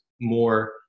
more